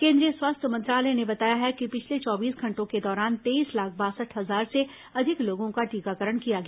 केन्द्रीय स्वास्थ्य मंत्रालय ने बताया है कि पिछले चौबीस घंटों के दौरान तेईस लाख बासठ हजार से अधिक लोगों का टीकाकरण किया गया